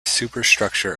superstructure